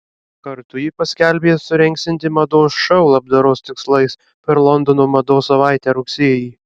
kartu ji paskelbė surengsianti mados šou labdaros tikslais per londono mados savaitę rugsėjį